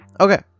Okay